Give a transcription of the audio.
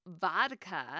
VODKA